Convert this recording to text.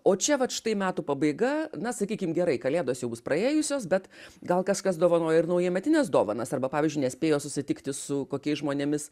o čia vat štai metų pabaiga na sakykim gerai kalėdos jau bus praėjusios bet gal kažkas dovanoja ir naujametines dovanas arba pavyzdžiui nespėjo susitikti su kokiais žmonėmis